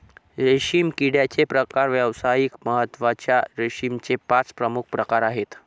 रेशीम किड्याचे प्रकार व्यावसायिक महत्त्वाच्या रेशीमचे पाच प्रमुख प्रकार आहेत